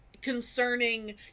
concerning